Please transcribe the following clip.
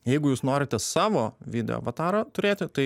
jeigu jūs norite savo video avatarą turėti tai